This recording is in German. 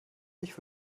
ich